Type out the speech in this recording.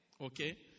Okay